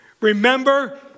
Remember